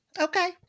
Okay